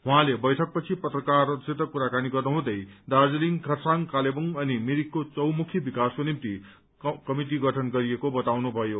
उहाँले बैठक पछि पत्रकारहस्सित कुराकानी गर्नुहुँदे दार्जीलिङ खरसाङ कालेदुङ अनि मिरिकको चौमुखी विकासको निम्त कमिटि गठन गरिएको बताउनुभयो